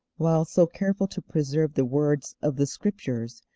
while so careful to preserve the words of the scriptures,